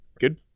good